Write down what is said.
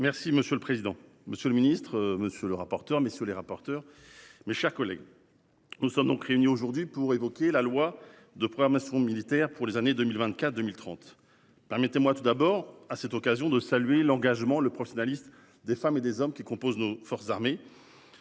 Merci monsieur le président, monsieur le ministre, monsieur le rapporteur. Messieurs les rapporteurs. Mes chers collègues. Nous sommes donc réunis aujourd'hui pour évoquer la loi de programmation militaire pour les années 2024 2030. Permettez-moi tout d'abord à cette occasion de saluer l'engagement le professionnalisme des femmes et des hommes qui composent nos forces armées.